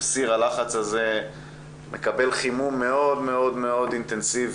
זו תקופה שסיר הלחץ הזה מקבל חימום מאוד מאוד מאוד אינטנסיבי,